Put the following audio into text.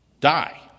die